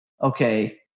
okay